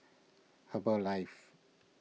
Herbalife